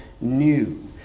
new